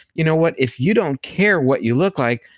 you know what, if you don't care what you look like,